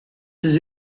ses